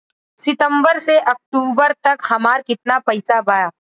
सितंबर से अक्टूबर तक हमार कितना पैसा बा?